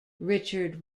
richard